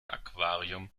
aquarium